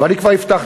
ואני כבר הבטחתי,